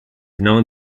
known